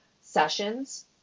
sessions